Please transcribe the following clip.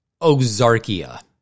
Ozarkia